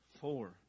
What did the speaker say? four